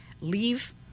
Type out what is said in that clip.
leave